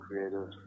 Creative